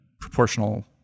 proportional